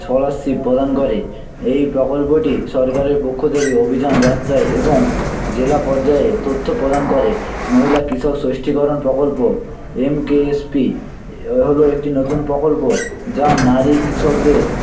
scholarship প্রদান করে এই প্রকল্পটি সরকারের পক্ষ থেকে অভিযান যাত্রায় এবং জেলা পর্যায়ে তথ্য প্রদান করে মহিলা কৃষক স্বশক্তিকরণ প্রকল্প এম কে এস পি হলো একটি নতুন প্রকল্প যা নারী কৃষকদের